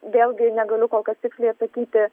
vėlgi negaliu kol kas tiksliai atsakyti